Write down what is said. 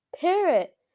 Parrot